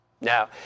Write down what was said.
Now